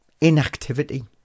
inactivity